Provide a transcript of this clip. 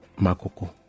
makoko